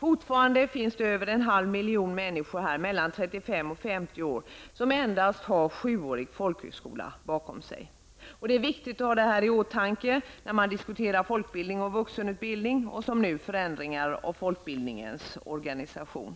Fortfarande finns över en halv miljon människor mellan 35 och 50 år som endast har sjuårig folkskola bakom sig. Det är viktigt att ha detta i åtanke när man diskuterar folkbildning och vuxenutbildning och, som nu, förändringar av folkbildningens organisation.